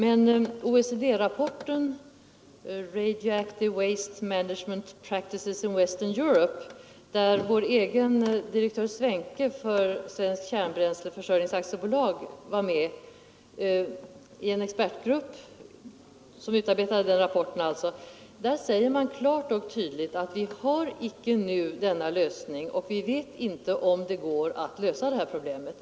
I OECD-rapporten Radioactive Waste Management Practices in Western Europe — vår egen direktör Svenke i Svensk kärnbränsleförsörjning AB var med i en expertgrupp som utarbetade den — säger man emellertid klart och tydligt att vi nu icke har denna lösning och inte vet om det går att lösa problemet.